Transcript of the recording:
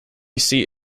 seat